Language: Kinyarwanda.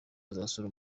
azasura